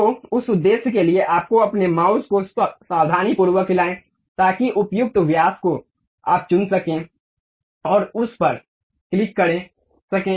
तो उस उद्देश्य के लिए आपको अपने माउस को सावधानीपूर्वक हिलाये ताकि उपयुक्त व्यास को आप चुन सकें और उस पर क्लिक कर सकें